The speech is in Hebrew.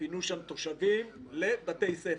פינו שם תושבים לבתי ספר.